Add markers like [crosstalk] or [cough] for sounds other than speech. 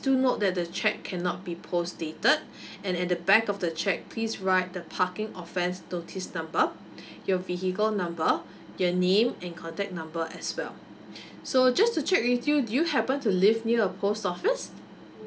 do note that the cheque cannot be post dated [breath] and at the back of the cheque please write the parking offence notice number [breath] your vehicle number your name and contact number as well [breath] so just to check with you do you happen to live near a post office